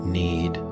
need